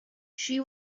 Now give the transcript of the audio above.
she